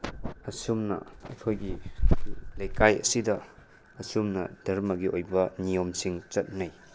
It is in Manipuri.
ꯑꯁꯨꯝꯅ ꯑꯩꯈꯣꯏꯒꯤ ꯂꯩꯀꯥꯏ ꯑꯁꯤꯗ ꯑꯁꯤꯒꯨꯝꯅ ꯙꯔꯃꯒꯤ ꯑꯣꯏꯕ ꯅꯤꯌꯣꯝꯁꯤꯡ ꯆꯠꯅꯩ